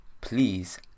please